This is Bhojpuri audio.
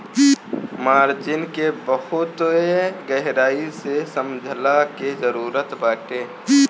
मार्जिन के बहुते गहराई से समझला के जरुरत बाटे